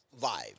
vibe